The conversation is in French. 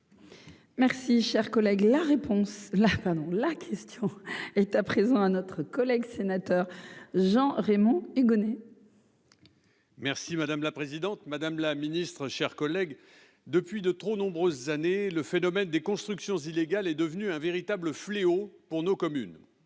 là, pardon, la question est à présent à notre collègue sénateur Jean Raymond et Gonnet. Merci madame la présidente, madame la Ministre, chers collègues depuis de trop nombreuses années, le phénomène des constructions illégales est devenue un véritable fléau pour nos communes,